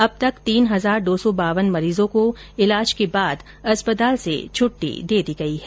अब तक तीन हजार दो सौ बावन मरीजों को इलाज के बाद अस्पताल से छुट्टी दे दी गयी है